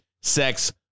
sex